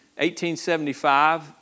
1875